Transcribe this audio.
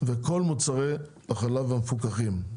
וכל מוצרי החלב המפוקחים.